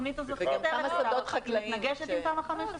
התוכנית הזאת מתנגשת עם תמ"א 15?